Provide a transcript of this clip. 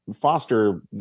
foster